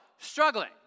Struggling